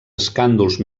escàndols